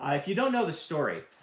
if you don't know the story,